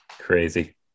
Crazy